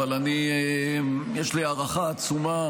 אבל יש לי הערכה עצומה